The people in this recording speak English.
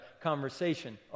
conversation